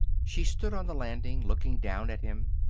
she stood on the landing looking down at him.